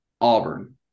Auburn